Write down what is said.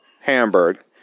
hamburg